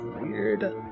weird